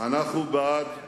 אנחנו בעד